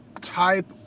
type